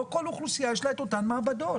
לא לכל אוכלוסייה יש את אותן מעבדות.